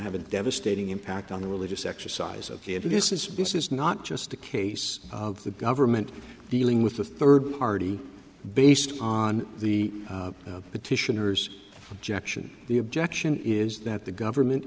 to have a devastating impact on the religious exercise of if you this is this is not just a case of the government dealing with a third party based on the petitioners objection the objection is that the government